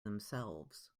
themselves